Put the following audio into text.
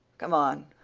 come on.